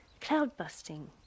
cloud-busting